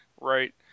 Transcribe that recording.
Right